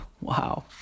Wow